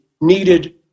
needed